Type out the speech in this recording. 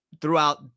throughout